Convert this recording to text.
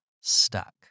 stuck